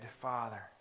father